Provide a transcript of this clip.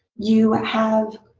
you have